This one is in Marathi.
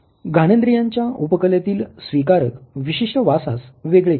घानेद्रीयांच्या उपकलेतील स्वीकारक विशिष्ट वासास वेगळे करतात